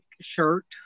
shirt